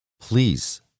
Please